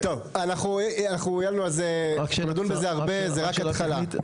טוב, אנחנו נדון בזה הרבה, זו רק ההתחלה.